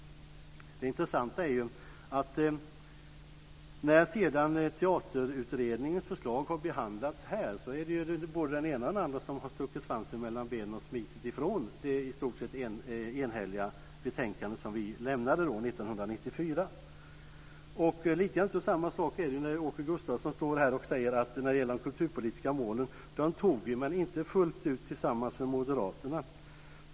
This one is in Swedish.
Det intressanta är att när sedan Teaterutredningens förslag har behandlats här har både den ena och den andra stuckit svansen mellan benen och smitit ifrån det i stort sett enhälliga betänkande vi lade fram 1994. Lite av samma sak är det när Åke Gustavsson säger att de kulturpolitiska målen antogs - men inte fullt ut tillsammans med moderaterna.